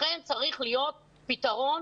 לכן צריך להיות פתרון,